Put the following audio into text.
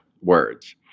words